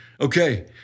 Okay